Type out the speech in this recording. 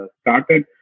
started